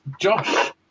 Josh